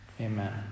Amen